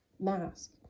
mask